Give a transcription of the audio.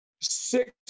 six